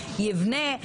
יבנה,